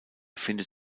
findet